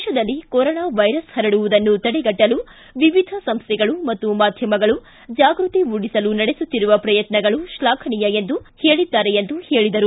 ದೇಶದಲ್ಲಿ corona virus ಹರಡುವುದನ್ನು ತಡೆಗಟ್ಟಲು ವಿವಿಧ ಸಂಸ್ಟೆಗಳು ಮತ್ತು ಮಾಧ್ಣಮಗಳು ಜಾಗೃತಿ ಮೂಡಿಸಲು ನಡೆಸುತ್ತಿರುವ ಪ್ರಯತ್ನಗಳನ್ನು ಅವರು ಶ್ಲಾಘಿಸಿದ್ದಾರೆ ಎಂದು ಹೇಳಿದರು